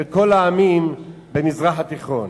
של כל העמים במזרח התיכון.